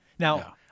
Now